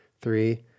three